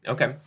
Okay